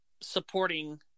supporting